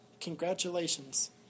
Congratulations